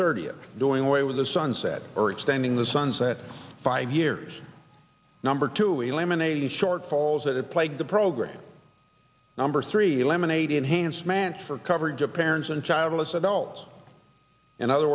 thirtieth doing away with the sunset or extending the sunset five years number two eliminating shortfalls that plague the program number three eliminating enhancements for coverage of parents and childless adults and other